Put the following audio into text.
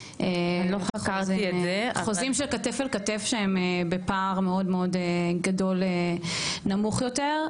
חוזים של כתף אל כתף שהם בפער מאוד מאוד גדול נמוך יותר,